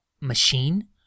machine